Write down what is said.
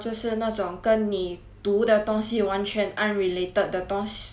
读的东西完全 unrelated 的东 the job 或者是